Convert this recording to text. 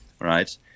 right